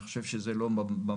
אני חושב שזה לא במקום.